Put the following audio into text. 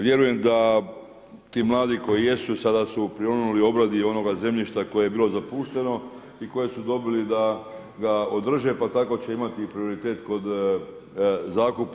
Vjerujem da ti mladi koji jesu, sada su prionuli obradi i onoga zemljišta koje je bilo zapušteno i koje su dobili da ga održe, pa tako će imati i prioritet kod zakupa.